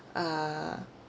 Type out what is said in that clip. uh